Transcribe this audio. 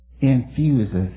infuses